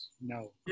No